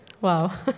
Wow